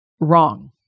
Wrong